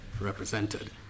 represented